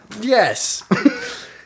Yes